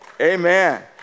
Amen